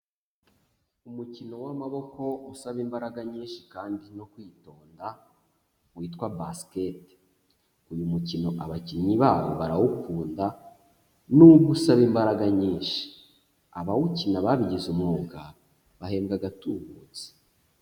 Umukino w'amaboko usaba imbaraga nyinshi kandi no kwitonda witwa Basket. Uyu mukino abakinnyi bawo barawukunda n'ubwo usaba imbaraga nyinshi, abawukina babigize umwuga bahembwa agatubutse.